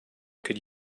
could